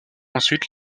ensuite